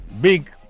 Big